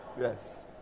Yes